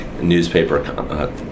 newspaper